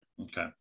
Okay